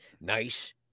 nice